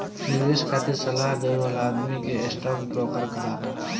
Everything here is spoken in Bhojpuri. निवेश खातिर सलाह देवे वाला आदमी के स्टॉक ब्रोकर कहाला